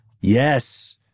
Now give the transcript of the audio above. Yes